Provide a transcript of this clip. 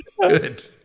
good